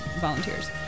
volunteers